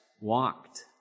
walked